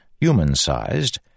human-sized